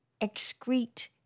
excrete